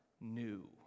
new